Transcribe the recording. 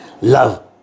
Love